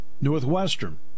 Northwestern